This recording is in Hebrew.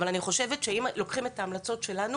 אבל אני חושבת שאם לוקחים את ההמלצות שלנו